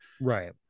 right